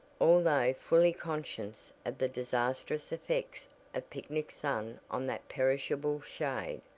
although fully conscious of the disastrous effects of picnic sun on that perishable shade.